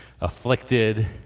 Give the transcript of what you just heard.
afflicted